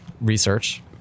research